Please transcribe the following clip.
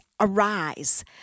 arise